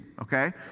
Okay